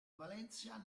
valencia